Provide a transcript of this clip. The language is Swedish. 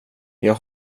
jag